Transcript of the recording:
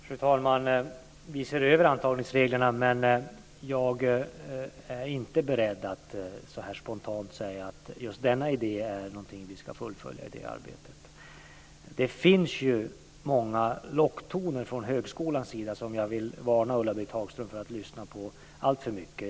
Fru talman! Vi ser över antagningsreglerna, men jag är inte beredd att spontant säga att just denna idé ska fullföljas i det arbetet. Det finns många locktoner från högskolans sida som jag vill varna Ulla-Britt Hagström för att lyssna på alltför mycket.